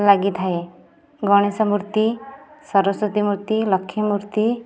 ଲାଗିଥାଏ ଗଣେଶ ମୂର୍ତ୍ତି ସରସ୍ଵତୀ ମୂର୍ତ୍ତି ଲକ୍ଷ୍ମୀ ମୂର୍ତ୍ତି